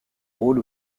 rôle